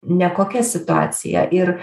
ne kokia situacija ir